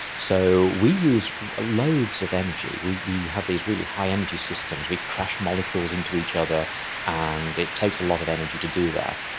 so we use ah loads of energy. we we have these really high energy systems. we crash molecules into each other and it takes a lot of energy to do that.